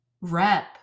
rep